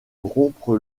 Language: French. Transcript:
rompre